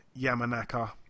Yamanaka